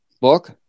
book